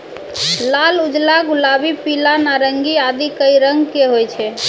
लाल, उजला, गुलाबी, पीला, नारंगी आदि कई रंग के होय छै